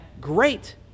great